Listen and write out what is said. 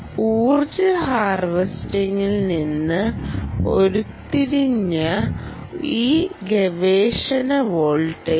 ഊർജ്ജ ഹാർവെസ്റ്റിങിൽ നിന്ന് ഉരുത്തിരിഞ്ഞ ഈ ഗവേഷണ വോൾട്ടേജ്